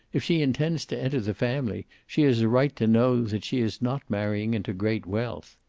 if she intends to enter the family, she has a right to know that she is not marrying into great wealth.